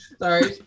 Sorry